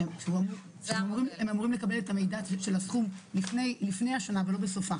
הם אמורים לקבל את המידע של הסכום לפני השנה ולא בסופה.